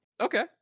Okay